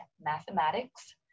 mathematics